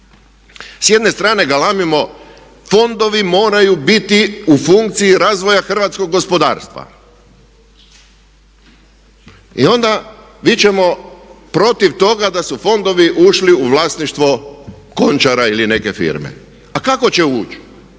S jedne strane galamimo fondovi moraju biti u funkciji razvoja hrvatskog gospodarstva. I onda vičemo protiv toga da su fondovi ušli u vlasništvo Končara ili neke firme. A kako će ući?